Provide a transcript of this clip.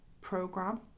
program